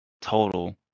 total